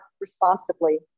responsibly